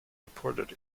reported